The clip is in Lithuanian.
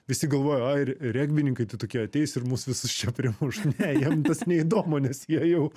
visi galvoja ai i regbininkai tai tokie ateis ir mus visus čia primuš ne jiem tas neįdomu nes jie jau